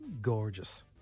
gorgeous